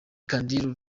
chandiru